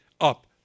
up